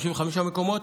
35 מקומות,